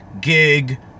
gig